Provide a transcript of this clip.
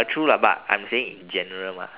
ya true lah but I'm saying in general mah